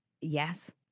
Yes